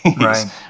right